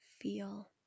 feel